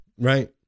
right